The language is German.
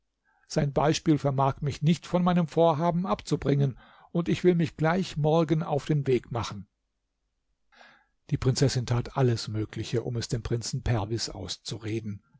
sein beispiel vermag mich nicht von meinem vorhaben abzubringen und ich will mich gleich morgen auf den weg machen die prinzessin tat alles mögliche um es dem prinzen perwis auszureden